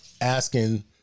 asking